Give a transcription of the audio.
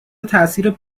تاثیر